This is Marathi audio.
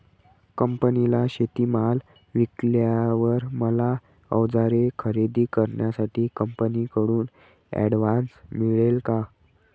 कंपनीला शेतीमाल विकल्यावर मला औजारे खरेदी करण्यासाठी कंपनीकडून ऍडव्हान्स मिळेल का?